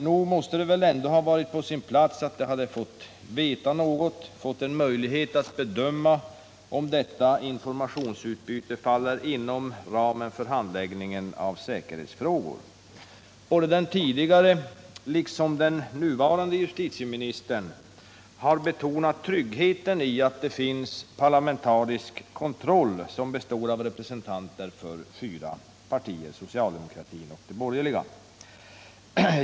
Nog måste det väl ha varit på sin plats att de hade fått veta något, fått en möjlighet att bedöma om detta informationsutbyte faller inom ramen för handläggningen av säkerhetsfrågor. Både den tidigare och den nuvarande justitieministern har betonat tryggheten i att det finns parlamentarisk kontroll, som består av representanter för fyra partier, socialdemokraterna och de borgerliga.